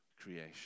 creation